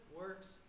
works